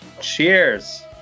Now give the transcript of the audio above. Cheers